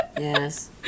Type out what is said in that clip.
Yes